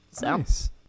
Nice